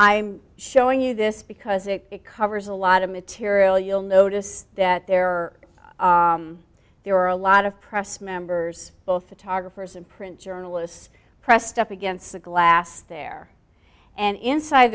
i'm showing you this because it covers a lot of material you'll notice that there are there are a lot of press members both photographers and print journalists pressed up against the glass there and inside